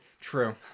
True